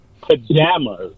pajamas